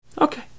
Okay